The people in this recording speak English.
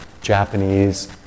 Japanese